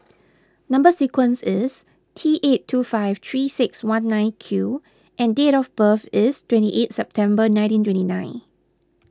Number Sequence is T eight two five three six one nine Q and date of birth is twenty eighth September nineteen twenty nine